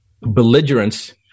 belligerence